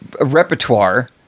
repertoire